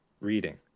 reading